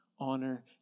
honor